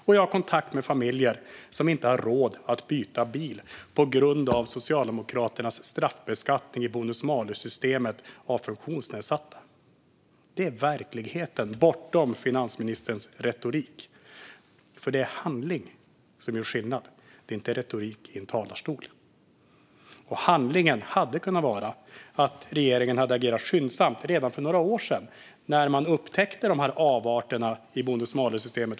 Jag har också kontakt med familjer som inte har råd att byta bil på grund av Socialdemokraternas straffbeskattning av funktionsnedsatta i bonus malus-systemet. Detta är verkligheten bortom finansministerns retorik. Det är handling som gör skillnad, inte retorik i en talarstol, och handlingen hade kunnat vara att regeringen agerade skyndsamt redan för några år sedan, när man upptäckte avarterna i bonus malus-systemet.